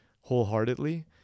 wholeheartedly